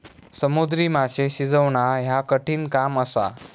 समुद्री माशे शिजवणा ह्या कठिण काम असा